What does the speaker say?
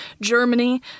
Germany